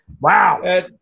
Wow